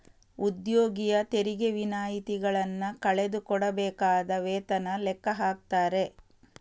ಉದ್ಯೋಗಿಯ ತೆರಿಗೆ ವಿನಾಯಿತಿಗಳನ್ನ ಕಳೆದು ಕೊಡಬೇಕಾದ ವೇತನ ಲೆಕ್ಕ ಹಾಕ್ತಾರೆ